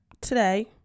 today